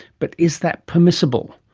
but is that permissible?